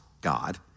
God